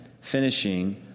finishing